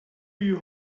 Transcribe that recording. you